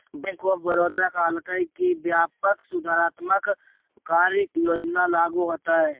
bank of Baroda कहलकय कि व्यापक सुधारात्मक कार्य योजना लागू होतय